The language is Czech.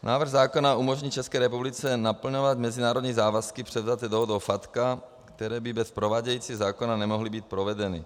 Návrh zákona umožní České republice naplňovat mezinárodní závazky, předat je dohodou FATCA, které by bez provádějícího zákona nemohly být provedeny.